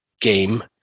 game